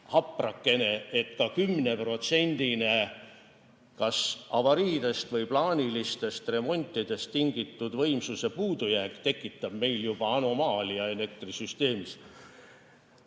haprakene, et 10%-line kas avariidest või plaanilistest remontidest tingitud võimsuse puudujääk tekitab juba anomaalia elektrisüsteemis.